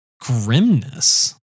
grimness